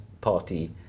party